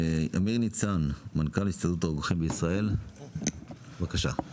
אמיר ניצן, מנכ"ל הסתדרות הרוקחים בישראל, בבקשה.